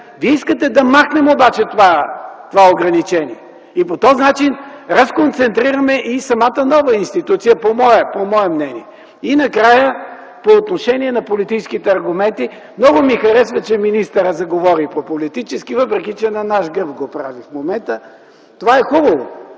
Вие искате да махнем обаче това ограничение и по този начин разконцентрираме и самата нова институция, по мое мнение. Накрая, по отношение на политическите аргументи. Много ми харесва, че министърът заговори по политически, въпреки че в момента го прави на наш гръб. Това е хубаво.